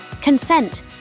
Consent